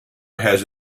has